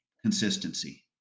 Consistency